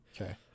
Okay